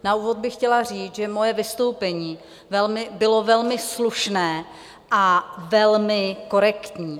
Na úvod bych chtěla říct, že moje vystoupení bylo velmi slušné a velmi korektní.